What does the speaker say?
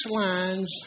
lines